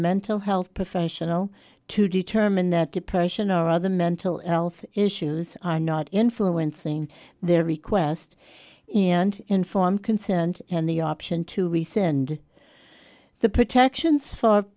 mental health professional to determine that depression or other mental health issues are not influencing their request and informed consent and the option to rescind the protection